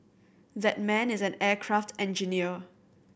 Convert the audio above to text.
that man is an aircraft engineer